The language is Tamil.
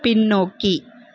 பின்னோக்கி